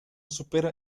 supera